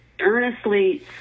earnestly